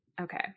Okay